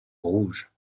rouges